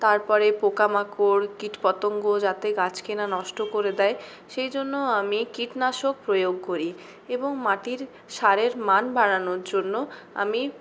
তারপরে পোকামাকড় কীটপতঙ্গ যাতে গাছকে না নষ্ট করে দেয় সেই জন্যও আমি কীটনাশক প্রয়োগ করি এবং মাটির সারের মান বাড়ানোর জন্য আমি